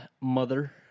mother